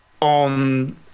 on